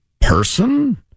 person